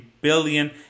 billion